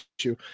issue